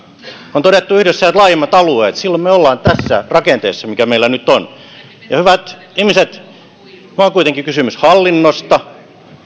on todettu yhdessä että tarvitaan laajemmat alueet silloin me olemme tässä rakenteessa mikä meillä nyt on ja hyvät ihmiset tämä on kuitenkin kysymys hallinnosta